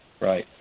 right